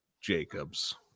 Jacobs